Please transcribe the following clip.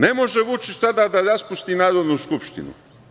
Ne može Vučić tada da raspusti Narodnu skupštinu.